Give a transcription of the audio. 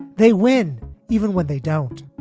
they win even when they don't.